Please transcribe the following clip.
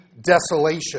desolation